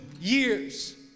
years